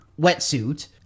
wetsuit